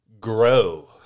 grow